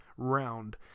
Round